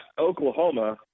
Oklahoma